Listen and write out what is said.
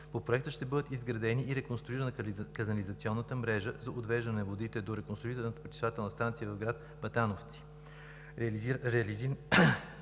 По Проекта ще бъде изградена и реконструирана канализационната мрежа за отвеждане на водите до реконструираната Пречиствателна станция в град Батановци. Реализираните